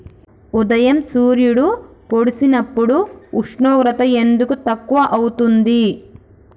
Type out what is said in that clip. ఉదయం సూర్యుడు పొడిసినప్పుడు ఉష్ణోగ్రత ఎందుకు తక్కువ ఐతుంది?